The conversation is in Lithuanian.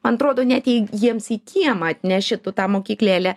man atrodo net jei jiems į kiemą atneši tu tą mokyklėlę